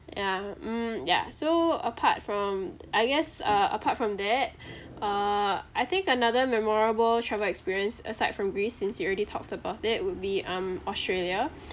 ya mm ya so apart from I guess uh apart from that uh I think another memorable travel experience aside from greece since you already talked about it would be um australia